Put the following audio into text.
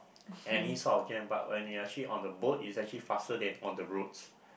any sort of jam but when you actually on a boat it's actually faster than on the roads